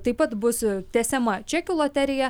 taip pat bus tęsiama čekių loterija